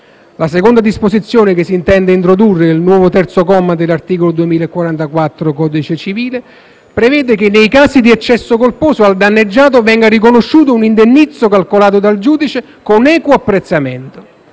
La seconda disposizione che si intende introdurre nel nuovo terzo comma dell'articolo 2044 del codice civile prevede che, nei casi di eccesso colposo, al danneggiato venga riconosciuto un indennizzo calcolato dal giudice con equo apprezzamento